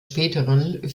späteren